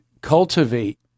cultivate